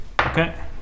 Okay